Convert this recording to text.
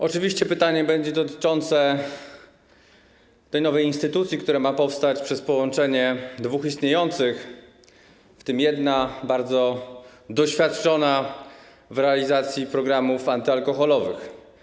Oczywiście pytanie będzie dotyczyło tej nowej instytucji, która ma powstać przez połączenie dwóch istniejących, w tym jednej bardzo doświadczonej w realizacji programów antyalkoholowych.